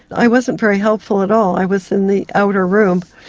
i wasn't very helpful at all, i was in the outer room,